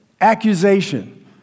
Accusation